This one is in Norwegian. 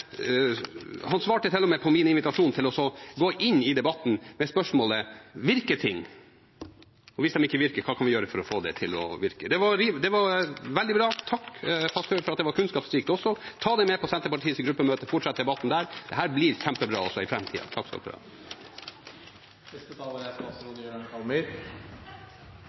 Han svarte til og med på min invitasjon til å gå inn i debatten med spørsmålet: Hvilke ting? Og hvis de ikke virker, hva kan vi gjøre for å få det til å virke? Det var veldig bra. Takk, Fasteraune, det var kunnskapsrikt også! Ta det med til Senterpartiets gruppemøte og fortsett debatten der. Dette blir kjempebra også i